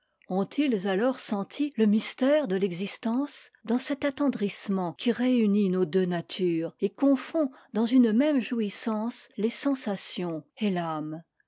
ont-ils alors senti le mystère de l'existence dans cet attendrissement qui réunit nos deux natures et confond dans une même jouissance les sensations et t'âme